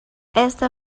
esta